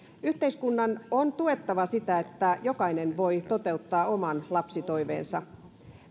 yhteiskunnan on tuettava sitä että jokainen voi toteuttaa oman lapsitoiveensa